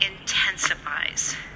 intensifies